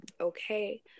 okay